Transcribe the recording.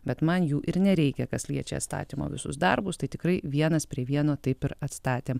bet man jų ir nereikia kas liečia statymo visus darbus tai tikrai vienas prie vieno taip ir atstatėm